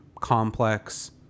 complex